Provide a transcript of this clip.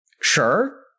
Sure